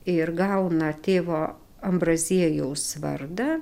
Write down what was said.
ir gauna tėvo ambraziejaus vardą